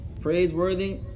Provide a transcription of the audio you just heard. praiseworthy